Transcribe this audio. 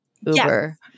uber